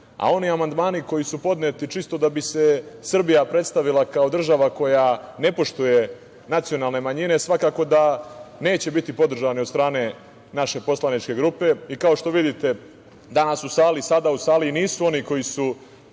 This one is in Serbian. a oni amandmani koji su podneti čisto da bi se Srbija predstavila kao država koja ne poštuje nacionalne manjine svakako da neće biti podržani od strane naše poslaničke grupe. Kao što vidite, danas u sali, sada u sali nisu oni koji su